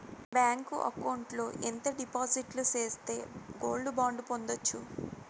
Bank account లో ఎంత డిపాజిట్లు సేస్తే గోల్డ్ బాండు పొందొచ్చు?